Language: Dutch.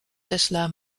tesla